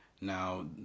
Now